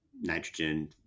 nitrogen